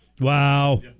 Wow